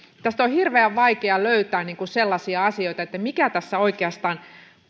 tästä on on hirveän vaikea löytää sellaisia asioita mitkä tässä oikeastaan